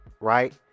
right